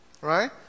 right